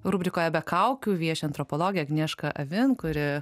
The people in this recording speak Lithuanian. rubrikoje be kaukių vieši antropologė agnieška avin kuri